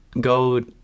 go